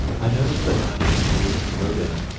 i noticed that many of the readers wrote in,